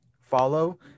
Follow